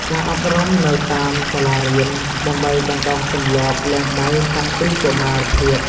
ការអប់រំនៅតាមសាលារៀន ដើម្បីបណ្តុះទម្លាប់លាងដៃតាំងពីកុមារភាព។